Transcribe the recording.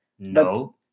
No